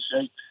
shape